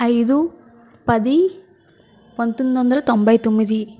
అయిదు పది పంతొమ్మిదొందల తొంభై తొమ్మిది